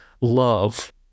love